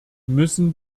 müssen